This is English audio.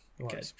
Okay